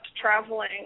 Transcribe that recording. traveling